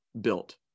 built